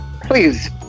please